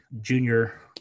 junior